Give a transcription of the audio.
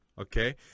Okay